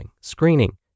screening